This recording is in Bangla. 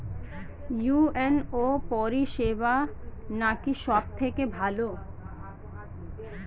ইউ.এন.ও পরিসেবা নাকি সব থেকে ভালো?